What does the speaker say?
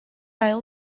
ail